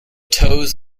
toes